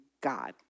God